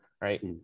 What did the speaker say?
right